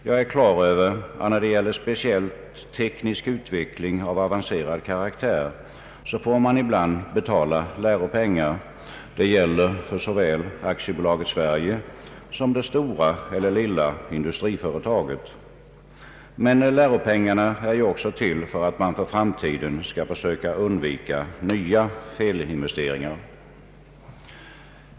Jag är på det klara med att man när det gäller teknisk utveckling av avancerad karaktär ibland får betala lärpengar, det gäller för såväl AB Sverige som det stora eller lilla industriföretaget. Men lärpengarna är ju också till för att man för framtiden skall försöka undvika nya felinvesteringar.